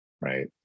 right